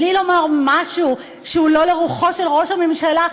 בלי לומר משהו שהוא לא לרוחו של ראש הממשלה.